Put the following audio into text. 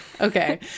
Okay